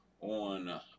on